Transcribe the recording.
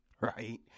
right